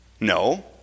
No